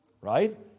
right